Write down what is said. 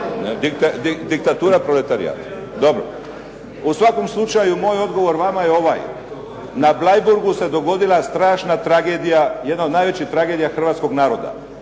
diktatura proletarijata. Dobro, u svakom slučaju moj odgovor vama je ovaj. Na Bleiburgu se dogodila strašna tragedija, jedna od najvećih tragedija hrvatskog naroda.